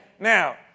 Now